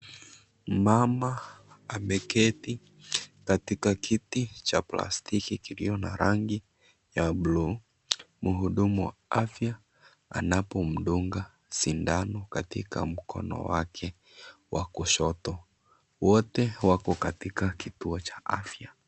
Mama ameketi katika kiti cha plastiki kilio na rangi ya blu . Mhudumu wa afya anapomdunga sindano katika mkono wake wa kushoto . Wote wako katika kituo cha afya.